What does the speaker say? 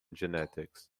genetics